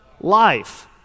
life